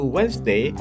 Wednesday